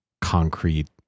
concrete